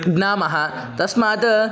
ज्ञामः तस्मात्